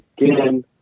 again